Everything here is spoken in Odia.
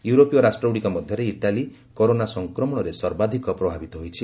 ୟୁରୋପୀୟ ରାଷ୍ଟ୍ରଗୁଡ଼ିକ ମଧ୍ୟରେ ଇଟାଲୀକରୋନା ସଂକ୍ରମଣରେ ସର୍ବାଧିକ ପ୍ରଭାବିତ ହୋଇଛି